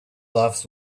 laughs